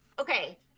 okay